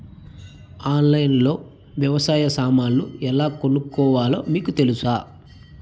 ఆన్లైన్లో లో వ్యవసాయ సామాన్లు ఎలా కొనుక్కోవాలో మీకు తెలుసా?